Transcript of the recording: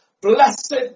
Blessed